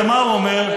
ומה הוא אומר?